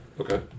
okay